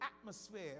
atmosphere